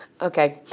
Okay